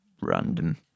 random